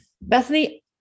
Bethany